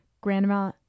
Grandma